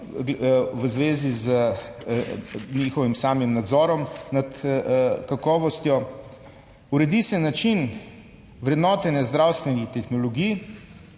v zvezi z njihovim samim nadzorom nad kakovostjo. Uredi se način vrednotenja zdravstvenih tehnologij,